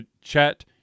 chat